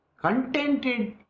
contented